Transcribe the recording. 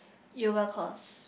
yoga course